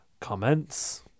comments